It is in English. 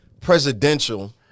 presidential